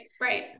right